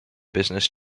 business